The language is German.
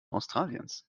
australiens